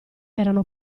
erano